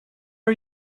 are